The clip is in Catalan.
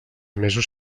mesos